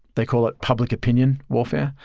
they call it public opinion warfare,